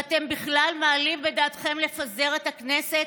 ואתם בכלל מעלים בדעתכם לפזר את הכנסת